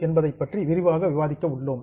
என்பது பற்றி விரிவாக விவாதிக்க உள்ளோம்